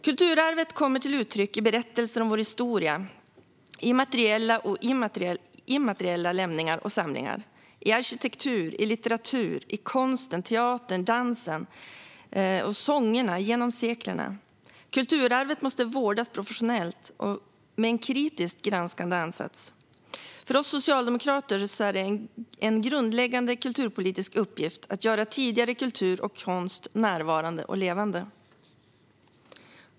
Kulturarvet kommer till uttryck i berättelser om vår historia, i materiella och immateriella lämningar och samlingar, i arkitektur, i litteratur, i konsten, teatern, dansen och sångerna genom seklerna. Kulturarvet måste vårdas professionellt och med en kritiskt granskande ansats. För oss socialdemokrater är det en grundläggande kulturpolitisk uppgift att göra tidigare kultur och konst närvarande och levande.